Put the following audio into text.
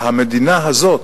שהמדינה הזאת,